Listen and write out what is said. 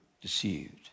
deceived